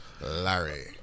Larry